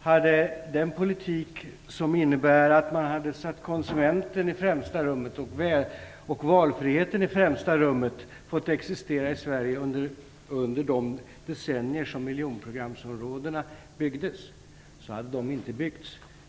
hade den politik som innebär att man sätter konsumenten och valfriheten i främsta rummet fått existera i Sverige under de decennier som miljonprogramsområdena byggdes, hade de inte byggts.